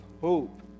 hope